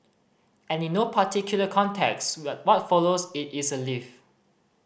and in no particular context but what follows it is a leaf